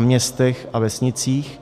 městech a vesnicích.